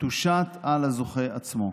תושת על הזוכה עצמו.